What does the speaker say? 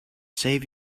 save